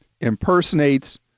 impersonates